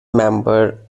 member